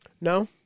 No